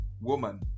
woman